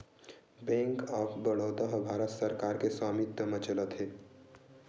bank of Baroda ह भारत सरकार के स्वामित्व म चलत हे